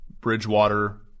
Bridgewater